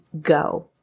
go